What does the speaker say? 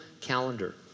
calendar